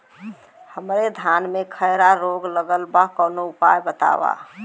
हमरे धान में खैरा रोग लगल बा कवनो उपाय बतावा?